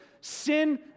sin